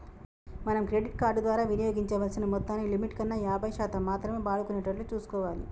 మనం credit card ద్వారా వినియోగించాల్సిన మొత్తాన్ని లిమిట్ కన్నా యాభై శాతం మాత్రమే వాడుకునేటట్లు చూసుకోవాలి